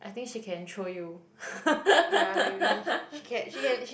I think she can throw you